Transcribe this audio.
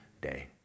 day